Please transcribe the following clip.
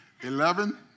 Eleven